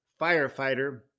firefighter